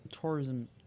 tourism